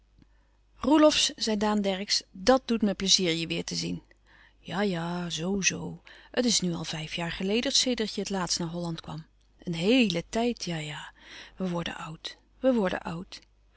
roelofsz zei daan dercksz dàt doet me pleizier je weêr te zien ja-ja zoo-zoo het is nu al vijf jaar geleden sedert je het laatst naar holland kwam een heele tijd ja-ja we worden oud we worden oud